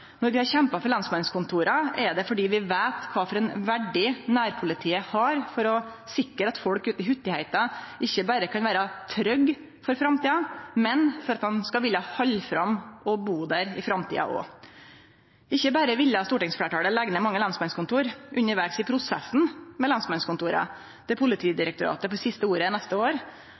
Når vi har kjempa for lensmannskontora, er det fordi vi veit kva for ein verdi nærpolitiet har for å sikre at folk uti hutaheiti ikkje berre kan vere trygge for framtida, men for at dei skal ville halde fram med å bu der. Ikkje berre ville stortingsfleirtalet leggje ned mange lensmannskontor, undervegs i prosessen med lensmannskontora – der Politidirektoratet får siste ordet neste år